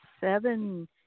seven